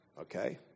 okay